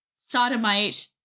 sodomite